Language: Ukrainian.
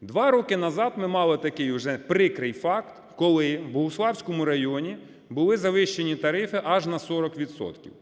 Два роки назад ми мали такий уже прикрий факт, коли у Богуславському районі були завищені тарифи аж на 40 відсотків.